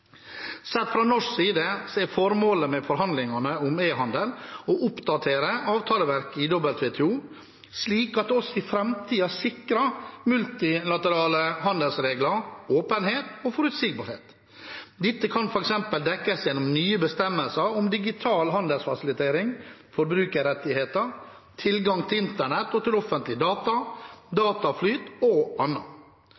fra norsk side er formålet med forhandlingene om e-handel å oppdatere avtaleverket i WTO slik at det også i framtiden sikrer multilaterale handelsregler, åpenhet og forutsigbarhet. Dette kan f.eks. dekkes gjennom nye bestemmelser om digital handelsfasilitering, forbrukerrettigheter, tilgang til internett og til offentlige data,